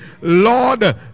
lord